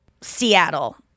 Seattle